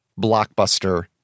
blockbuster